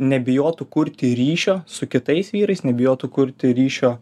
nebijotų kurti ryšio su kitais vyrais nebijotų kurti ryšio